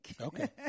Okay